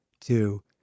two